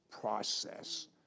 process